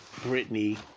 Britney